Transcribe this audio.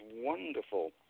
wonderful